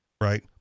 Right